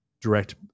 direct